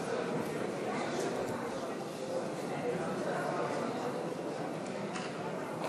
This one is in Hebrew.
אדוני ראש האופוזיציה חבר הכנסת יצחק הרצוג,